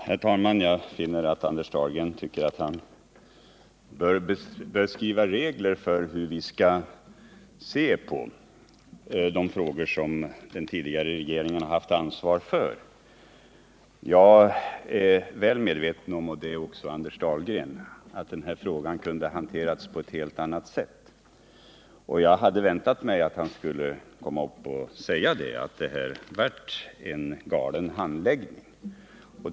Herr talman! Jag finner att Anders Dahlgren vill skriva regler för hur vi skall debattera de frågor som den tidigare regeringen haft ansvaret för. Jag är väl medveten om — och det är också Anders Dahlgren — att frågan kunde ha hanterats på ett helt annat sätt. Jag hade väntat mig att Anders Dahlgren skulle komma upp här och säga att det blev en galen handläggning.